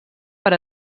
per